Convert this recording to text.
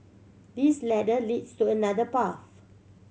this ladder leads to another path